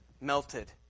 melted